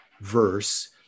verse